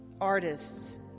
artists